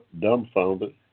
dumbfounded